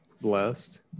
Blessed